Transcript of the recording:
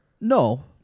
No